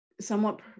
somewhat